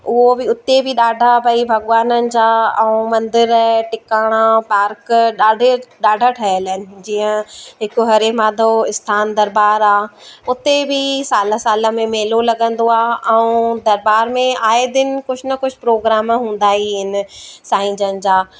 उहो बि उते बि ॾाढा भई भॻवाननि जा ऐं मंदर टिकाणा पार्क ॾाढे ॾाढा ठहियल आहिनि जीअं हिकु हरे माधव स्थान दरबार आहे उते बि साल साल में मेलो लॻंदो आहे ऐं दरबार में आए दिन कुझु न कुझु प्रोग्राम हूंदा ई आहिनि साईं जन जा